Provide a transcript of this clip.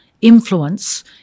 influence